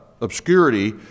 obscurity